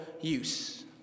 use